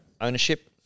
ownership